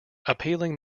appealing